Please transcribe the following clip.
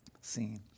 scene